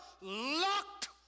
locked